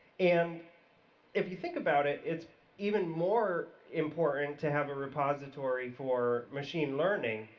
and if you think about it, it's even more important to have a repository for machine learning,